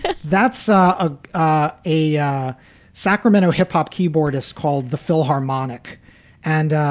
but that's ah ah ah a yeah sacramento hip-hop keyboardist called the philharmonic and.